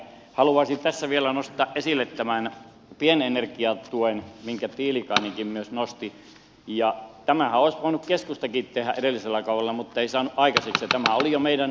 haluaisin tässä vielä nostaa esille tämän pienenergiatuen minkä tiilikainenkin myös nosti ja tämänhän olisi voinut keskustakin tehdä edellisellä kaudella muttei saanut aikaiseksi ja tämä oli jo meidän edellisessämme